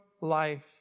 life